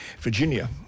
Virginia